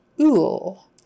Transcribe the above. ool